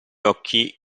occhi